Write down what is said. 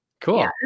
Cool